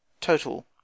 total